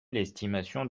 l’estimation